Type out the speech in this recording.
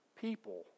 people